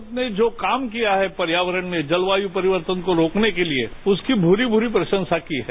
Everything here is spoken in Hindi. भारत ने जो काम किया है पर्यावरण में जलवायू परिवर्तन को रोकने के लिए उसकी भूरि भूरि प्रशंसा की है